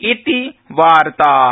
इति वार्ता